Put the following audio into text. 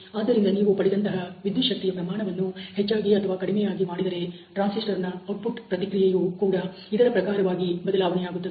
ಆದ್ದರಿಂದ ನೀವು ಪಡೆದಂತಹ ವಿದ್ಯುತ್ ಶಕ್ತಿಯ ಪ್ರಮಾಣವನ್ನು ಹೆಚ್ಚಾಗಿ ಅಥವಾ ಕಡಿಮೆಯಾಗಿ ಮಾಡಿದರೆ ಟ್ರಾನ್ಸಿಸ್ಟರ್'ನ ಔಟ್ಪುಟ್ ಪ್ರತಿಕ್ರಿಯೆಯು ಕೂಡ ಇದರ ಪ್ರಕಾರವಾಗಿ ಬದಲಾವಣೆಯಾಗುತ್ತದೆ